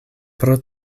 pro